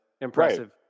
impressive